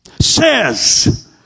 says